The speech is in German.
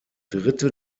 dritte